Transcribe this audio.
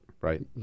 right